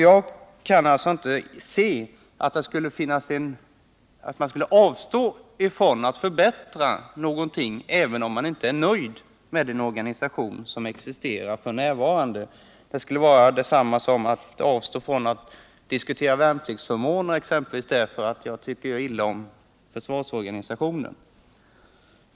Jag kan inte inse att man borde avstå från att förbättra någonting därför att man inte är nöjd med den organisation som f. n. existerar. Det skulle innebära att man måste avstå från att diskutera exempelvis värnpliktsförmåner därför att man tycker illa om försvarets organisation.